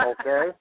Okay